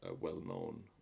well-known